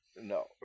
no